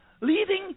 leading